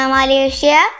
Malaysia